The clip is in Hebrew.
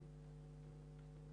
אני